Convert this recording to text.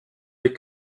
dès